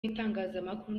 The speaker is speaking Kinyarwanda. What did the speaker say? itangazamakuru